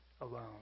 alone